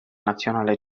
nazionale